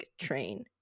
train